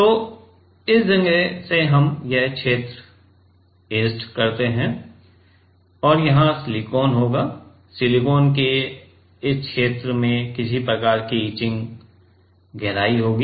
तो इस वजह से हम यह क्षेत्र ऐचेड करते हैं और यहाँ सिलिकॉन होगा सिलिकॉन की इस क्षेत्र में किसी प्रकार की इचिंग गहराई होगी